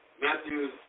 Matthew's